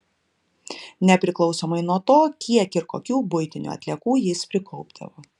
nepriklausomai nuo to kiek ir kokių buitinių atliekų jis prikaupdavo